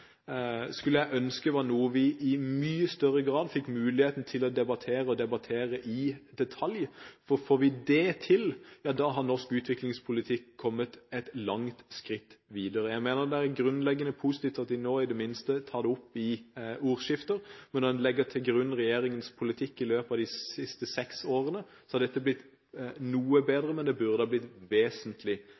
skulle jeg ønske var noe vi i mye større grad fikk muligheten til å debattere, og debattere i detalj. Får vi det til, har norsk utviklingspolitikk kommet et langt skritt videre. Jeg mener det er grunnleggende positivt at de nå i det minste tar det opp i ordskifter. Når en legger til grunn regjeringens politikk i løpet av de siste seks årene, har dette blitt noe bedre. Men det burde ha blitt vesentlig